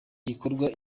gikorwa